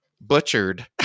butchered